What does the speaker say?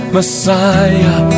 Messiah